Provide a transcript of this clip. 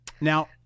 Now